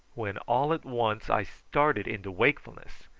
when all at once i started into wakefulness,